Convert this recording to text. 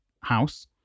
house